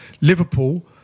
Liverpool